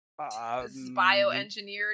bioengineered